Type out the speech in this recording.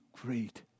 great